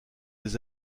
des